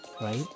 right